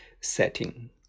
setting